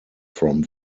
from